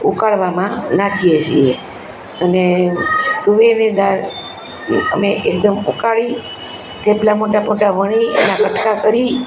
ઉકાળવામાં નાખીએ છીએ અને તુવેરની દાળ અમે એકદમ ઉકાળી થેપલા મોટા મોટા વણી એના કટકા કરી